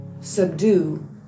Subdue